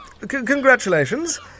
Congratulations